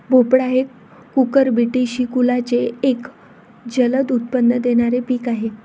भोपळा हे कुकुरबिटेसी कुलाचे एक जलद उत्पन्न देणारे पीक आहे